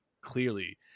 Clearly